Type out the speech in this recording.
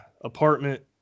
apartment